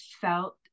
felt